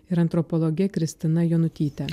ir antropologe kristina jonutyte